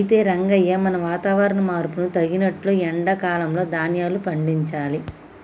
అయితే రంగయ్య మనం వాతావరణ మార్పును తగినట్లు ఎండా కాలంలో ధాన్యాలు పండించాలి